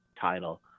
title